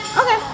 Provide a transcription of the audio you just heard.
Okay